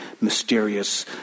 mysterious